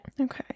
Okay